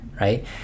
right